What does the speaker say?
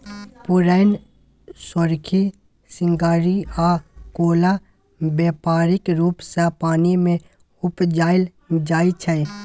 पुरैण, सोरखी, सिंघारि आ कोका बेपारिक रुप सँ पानि मे उपजाएल जाइ छै